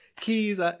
Keys